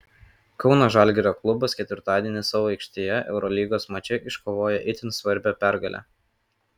kauno žalgirio klubas ketvirtadienį savo aikštėje eurolygos mače iškovojo itin svarbią pergalę